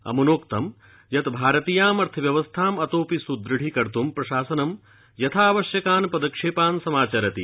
अमुनोक्तं यत् भारतीयां अर्थव्यवस्थां अतोऽपि सुदृढीकर्त् प्रशासनं यथावश्यकान् पदक्षेपान् समाचरति